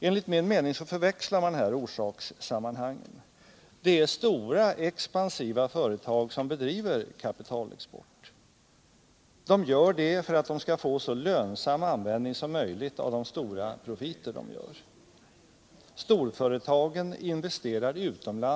Enligt min mening förväxlar Onsdagen den man här orsakssammanhangen. Det är de stora expansiva företagen som 10 maj 1978 bedriver kapitalexport.